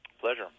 Pleasure